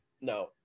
no